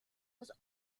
was